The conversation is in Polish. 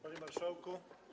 Panie Marszałku!